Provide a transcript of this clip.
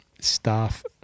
staff